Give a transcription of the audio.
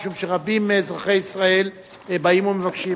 משום שרבים מאזרחי ישראל באים ומבקשים.